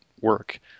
work